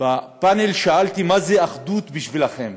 בפאנל שאלתי, מה זה אחדות בשבילכם,